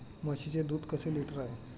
म्हशीचे दूध कसे लिटर आहे?